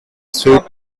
sweet